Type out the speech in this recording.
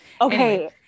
Okay